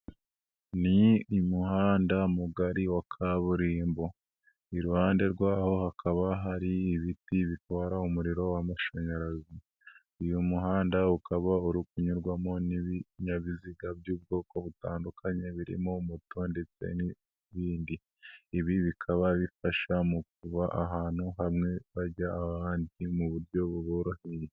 Ni umuhanda mugari wa kaburimbo iruhande rwho hakaba hari ibiti bitwara umuriro w'amashanyarazi, uyu muhanda ukaba uri kunyurwamo n'ibinyabiziga by'ubwoko butandukanye birimo moto ndetse n'ibindi, ibi bikaba bifasha mu kuva ahantu hamwe bajya ahandi mu buryo buboroheye.